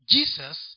Jesus